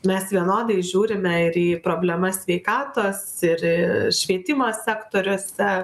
mes vienodai žiūrime ir į problemas sveikatos ir švietimo sektoriuose